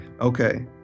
Okay